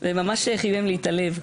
זה ממש חימם לי את הלב.